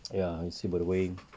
ya I see the way